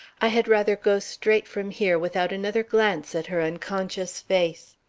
i had rather go straight from here without another glance at her unconscious face.